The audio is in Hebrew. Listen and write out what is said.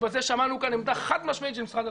ובזה שמענו כאן עמדה חד משמעית של משרד התחבורה,